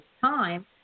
time